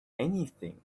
anything